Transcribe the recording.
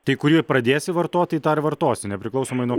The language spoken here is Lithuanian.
tai kurį pradėsi vartot tai tą ir vartosi nepriklausomai nuo